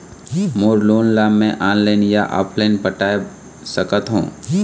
मोर loan ला मैं online या ऑफलाइन पटाए सकथों?